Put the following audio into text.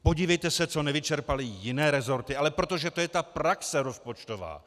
Podívejte se, co nevyčerpaly jiné rezorty, ale protože to je praxe rozpočtová!